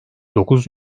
dokuz